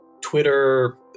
Twitter